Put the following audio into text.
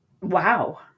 wow